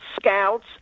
scouts